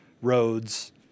roads